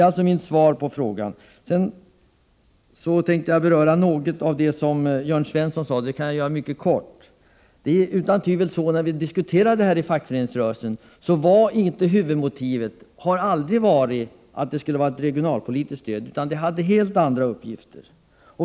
Jag skall mycket kortfattat beröra något av det som Jörn Svensson sade. När vi i fackföreningsrörelsen diskuterade löntagarfonderna menade vi inte att huvudmotivet för att införa fonderna var att de skulle utgöra ett regionalpolitiskt stöd, utan det var helt andra motiv.